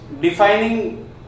defining